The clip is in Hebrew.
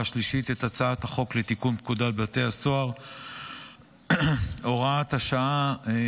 השלישית את הצעת החוק לתיקון פקודת בתי הסוהר (הוראת שעה),